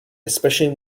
especially